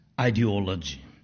ideology